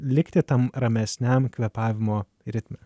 likti tam ramesniam kvėpavimo ritme